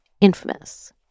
Infamous